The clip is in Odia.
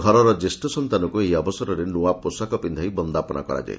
ଘରର ଜ୍ୟେଷ୍ଷ ସନ୍ତାନକୁ ଏହି ଅବସରରେ ନୂଆ ପୋଷାକ ପିନ୍ଧାଇ ବନ୍ଦାପନା କରାଯାଏ